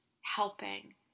helping